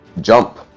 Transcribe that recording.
jump